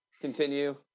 continue